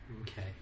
Okay